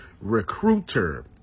recruiter